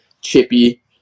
chippy